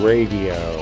Radio